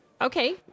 Okay